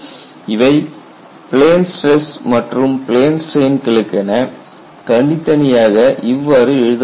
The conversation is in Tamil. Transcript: இவை பிளேன் ஸ்டிரஸ் மற்றும் பிளேன் ஸ்ட்ரெயின்களுக்கென தனித்தனியாக இவ்வாறு எழுதப்பட்டுள்ளது